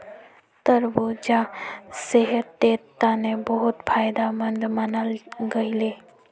तरबूजा सेहटेर तने बहुत फायदमंद मानाल गहिये